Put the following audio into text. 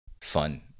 fun